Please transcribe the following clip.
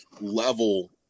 level